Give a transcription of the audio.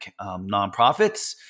nonprofits